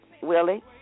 Willie